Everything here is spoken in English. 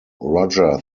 roger